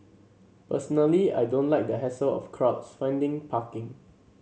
personally I don't like the hassle of crowds finding parking